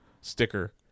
sticker